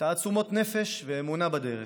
תעצומות נפש ואמונה בדרך.